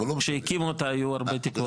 כשהקימו אותה היו הרבה תקוות.